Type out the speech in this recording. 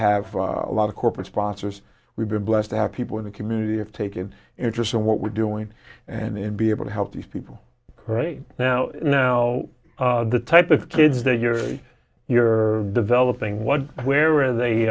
have a lot of corporate sponsors we've been blessed to have people in the community have taken interest in what we're doing and be able to help these people right now now the type of kids a year you're developing one where they